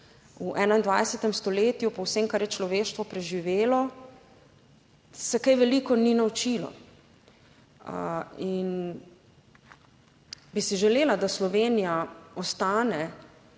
V 21. stoletju po vsem, kar je človeštvo preživelo se kaj veliko ni naučilo in bi si želela, da Slovenija ostane.